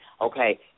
okay